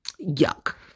yuck